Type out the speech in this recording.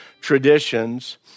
traditions